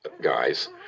guys